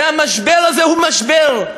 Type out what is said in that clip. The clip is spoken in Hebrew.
והמשבר הזה הוא משבר.